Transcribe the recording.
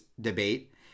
debate